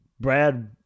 Brad